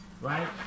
Right